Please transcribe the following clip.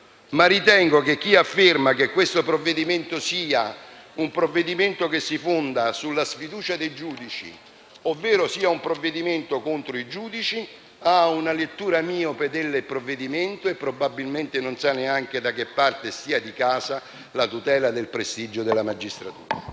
Ma ritengo che chi afferma che quello in esame sia un provvedimento che si fonda sulla sfiducia dei giudici ovvero contro i giudici ha una lettura miope del testo e probabilmente non sa neanche da che parte stia di casa la tutela del prestigio della magistratura.